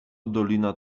dolina